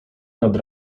nad